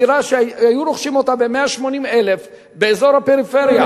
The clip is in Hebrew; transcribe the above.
דירה שהיו רוכשים ב-180,000 באזור הפריפריה,